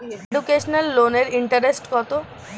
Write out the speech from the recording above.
Educational লোনের interest কত?